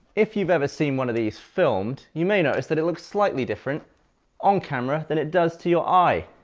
if you've ever seen one of these filmed, you may notice that it looks slightly different on camera than it does to your eye.